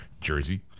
Jersey